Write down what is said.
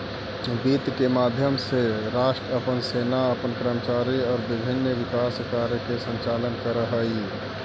वित्त के माध्यम से राष्ट्र अपन सेना अपन कर्मचारी आउ विभिन्न विकास कार्य के संचालन करऽ हइ